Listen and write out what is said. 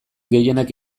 gehienak